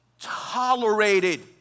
tolerated